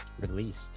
released